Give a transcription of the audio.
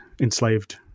enslaved